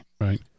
Right